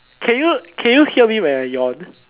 can you can you hear me when I yawn